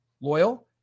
loyal